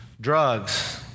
Drugs